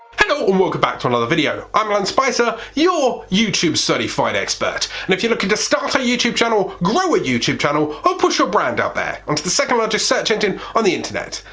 hello and welcome back to another video. i'm alan spicer, your youtube certified expert and if you're looking to start a youtube channel, grow a youtube channel or push your brand out there onto the second largest search engine on the internet,